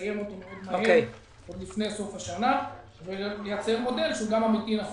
לסיים אותו עוד לפני סוף השנה ולייצר מודל שהוא גם נכון